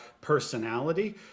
personality